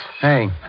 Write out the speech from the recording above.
Hey